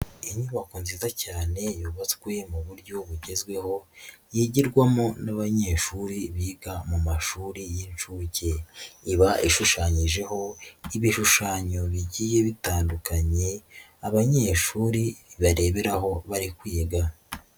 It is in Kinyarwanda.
Inyubako nziza cyane yubatswe mu buryo bugezweho yigirwamo n'abanyeshuri biga mu mashuri y'inshuke, iba ishushanyijeho ibishushanyo bigiye bitandukanye abanyeshuri bareberaho bari kwiga.